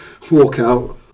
walkout